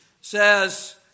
says